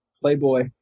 playboy